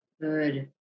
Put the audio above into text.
Good